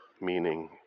meaning